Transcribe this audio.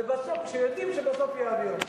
כשיודעים שבסוף יעבירו?